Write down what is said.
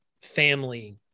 family